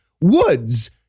woods